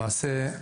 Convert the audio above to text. למעשה,